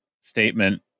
statement